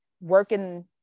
working